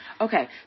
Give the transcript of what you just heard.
Okay